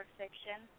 fiction